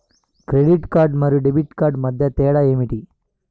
Credit card మరియు debit card మధ్య తేడా ఏమిటి?